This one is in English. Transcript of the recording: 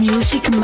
Music